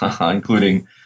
including